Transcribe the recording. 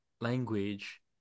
language